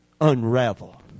unravel